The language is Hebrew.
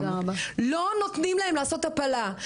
לא נותנים להם לעשות הפלה.